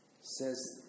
says